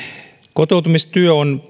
kotoutumistyö on